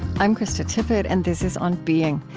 i'm krista tippett, and this is on being.